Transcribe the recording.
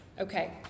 Okay